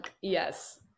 Yes